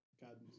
God